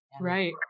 Right